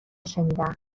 شنیدم